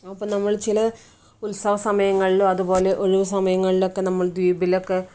അപ്പം നമ്മൾ ചില ഉത്സവ സമയങ്ങളിലോ അതുപോലെ ഒഴിവ് സമയങ്ങളിലൊക്കെ നമ്മൾ ദ്വീപിലൊക്കെ